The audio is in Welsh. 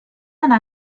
yna